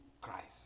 Christ